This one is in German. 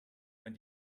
man